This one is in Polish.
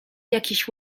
jakiś